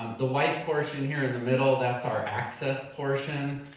the white portion here in the middle, that's our access portion.